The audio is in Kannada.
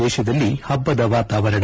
ದೇಶದಲ್ಲಿ ಹಬ್ಬದ ವಾತಾವರಣ